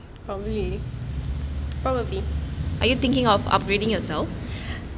probably probably